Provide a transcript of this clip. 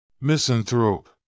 Misanthrope